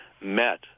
met